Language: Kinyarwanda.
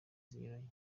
zinyuranye